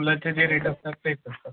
फुलाचे जे रेट असतात तेच असतात